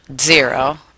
zero